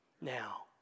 Now